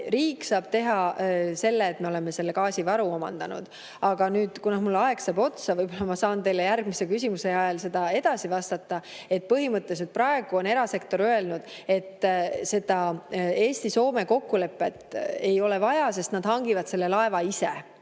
Riik saab teha selle, et me oleme selle gaasivaru omandanud. Mul saab aeg otsa, võib‑olla ma saan teile järgmise küsimuse ajal edasi vastata. Aga põhimõtteliselt praegu on erasektor öelnud, et seda Eesti‑Soome kokkulepet ei ole vaja, sest nad hangivad selle laeva ise.